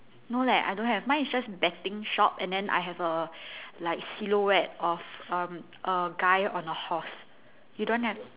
no leh I don't have mine is just betting shop and then I have a like silhouette of um a guy on a horse you don't have